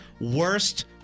worst